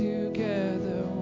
together